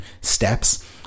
steps